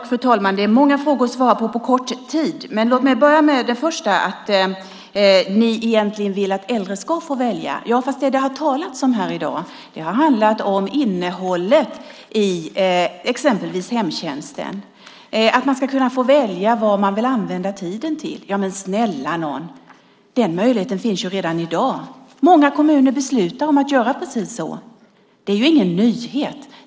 Fru talman! Det är många frågor att svara på på kort tid. Låt mig börja med att ni egentligen vill att äldre ska få välja. Det som det har talats om här i dag har handlat om innehållet i exempelvis hemtjänsten, att man ska kunna få välja vad man vill använda tiden till. Men snälla nån, den möjligheten finns ju redan i dag. Många kommuner beslutar om att göra precis så. Det är ju ingen nyhet.